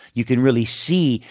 you can really see.